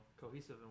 cohesive